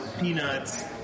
Peanuts